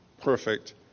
perfect